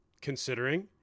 considering